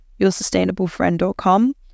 yoursustainablefriend.com